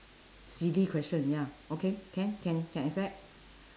silly question ya okay can can can accept